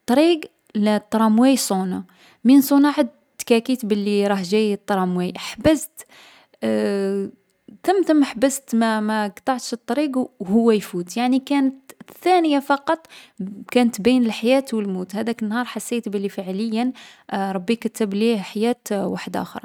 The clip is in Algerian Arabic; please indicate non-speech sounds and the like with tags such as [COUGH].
الطريق، الـ الطرامواي صونا. من صونا عاد تكاكيت بلي راه جاي الطرامواي. حبست، [HESITATION] ثم ثم حبست ما ما قطعتش الطريق و هو يفوت. يعني كانت ثانية فقط بـ كانت بين الحياة و الموت. هاذاك النهار حسيت بلي فعليا ربي كتّب لي حياة وحداخرا.